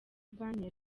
van